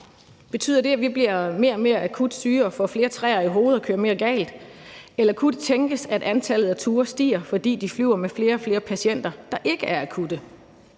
Betyder det, at vi bliver mere og mere akut syge og får flere træer i hovedet og kører mere galt? Eller kunne det tænkes, at antallet af ture stiger, fordi de flyver med flere og flere patienter, der ikke er akutte?